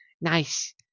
nice